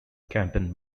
campaign